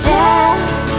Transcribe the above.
death